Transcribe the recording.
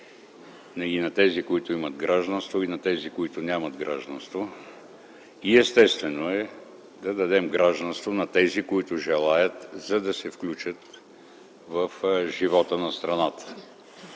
– на тези, които имат гражданство, и на тези, които нямат гражданство, и естествено е да дадем гражданство на тези, които желаят, за да се включат в живота на страната,